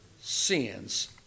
sins